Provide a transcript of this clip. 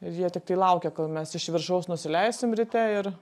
ir jie tiktai laukia kol mes iš viršaus nusileisim ryte ir